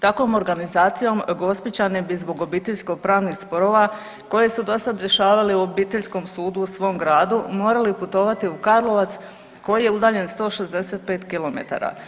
Takvom organizacijom Gospićani bi zbog obiteljsko pravnih sporova koje su dosada rješavali u obiteljskom sudu u svom gradu morali putovati u Karlovac koji je udaljen 165 kilometara.